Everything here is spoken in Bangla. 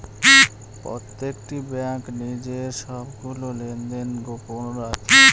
প্রত্যেকটি ব্যাঙ্ক নিজের সবগুলো লেনদেন গোপন রাখে